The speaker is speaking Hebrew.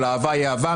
של אהבה היא אהבה,